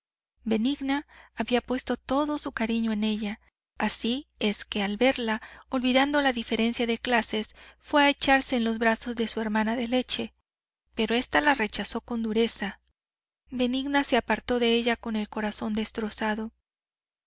benigna había puesto todo su cariño en ella así es que al verla olvidando la diferencia de clases fue a echarse en los brazos de su hermana de leche pero esta la rechazó con dureza benigna se apartó de ella con el corazón destrozado